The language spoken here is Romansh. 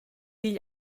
igl